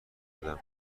ندم